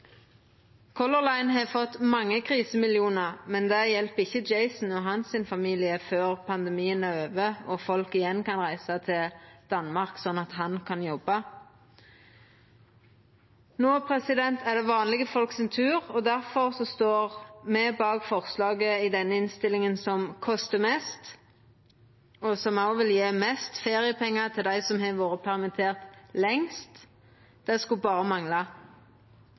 har fått mange krisemillionar, men det hjelper ikkje Jason og familien hans før pandemien er over og folk igjen kan reisa til Danmark, slik at han kan jobba. No er det vanlege folk sin tur, og difor står me bak dei forslaga i denne innstillinga som kostar mest, og som vil gje mest feriepengar til dei som har vore permitterte lengst. Det skulle berre mangla.